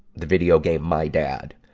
the video game my dad.